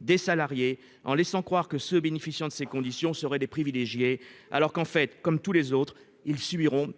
des salariés, car vous laissez croire que ceux qui bénéficient de ces conditions seraient des privilégiés, alors qu'en fait, comme tous les autres, ils subiront